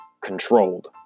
controlled